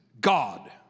God